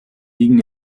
liegen